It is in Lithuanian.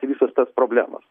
visas tas problemas